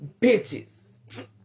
Bitches